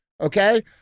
Okay